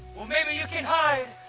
well, maybe you can hide,